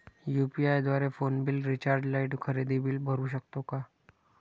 UPI द्वारे phone bill, recharge, light, खरेदी bill भरू शकतो का?